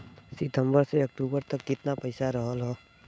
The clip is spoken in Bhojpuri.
सितंबर से अक्टूबर तक कितना पैसा रहल ह?